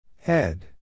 Head